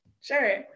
sure